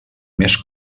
més